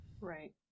right